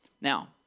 Now